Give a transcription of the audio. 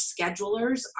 schedulers